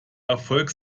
erfolg